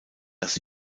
das